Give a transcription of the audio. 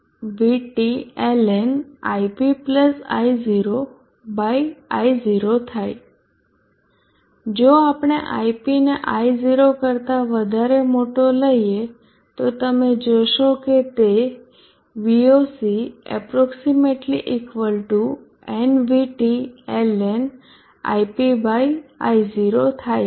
જો આપણે Ip ને I0 કરતા વધારે મોટો લઈએ તો તમે જોશો કે તે થાય છે